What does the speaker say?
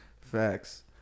Facts